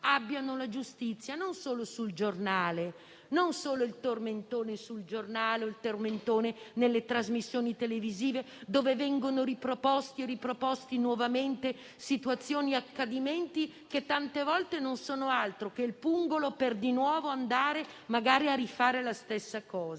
abbiamo giustizia. Ma non solo con il tormentone sul giornale piuttosto che nelle trasmissioni televisive dove vengono proposti e riproposti nuovamente situazioni e accadimenti che tante volte non sono altro che il pungolo per andare magari a rifare la stessa cosa.